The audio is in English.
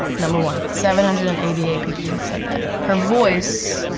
number one. seven hundred and eighty eight people have said that. her voice.